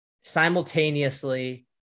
simultaneously